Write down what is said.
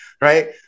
Right